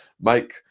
Mike